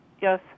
Yes